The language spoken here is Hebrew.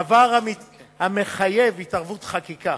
דבר המחייב התערבות בחקיקה.